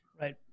Right